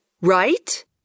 right